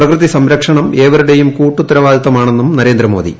പ്രകൃതി സംരക്ഷണം ഏവരുടെയും കൂട്ടുത്തരവാദിത്തമാണെന്നും നരേന്ദ്രമോദി